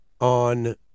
on